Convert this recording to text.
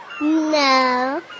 No